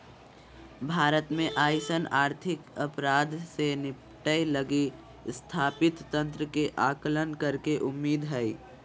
भारत में अइसन आर्थिक अपराध से निपटय लगी स्थापित तंत्र के आकलन करेके उम्मीद हइ